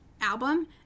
album